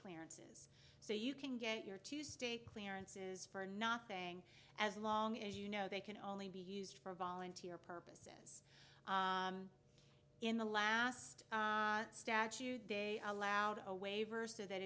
clearance so you can get your tuesday clearances for nothing as long as you know they can only be used for volunteer purposes in the last statue they allowed a waiver so that